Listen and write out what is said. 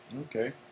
Okay